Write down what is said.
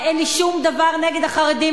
ואין לי שום דבר נגד החרדים,